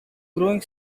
growing